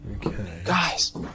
Guys